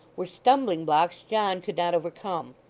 were stumbling blocks john could not overcome.